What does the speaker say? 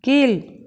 கீழ்